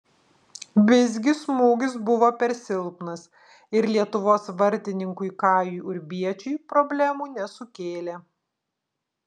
visgi smūgis buvo per silpnas ir lietuvos vartininkui kajui urbiečiui problemų nesukėlė